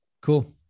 cool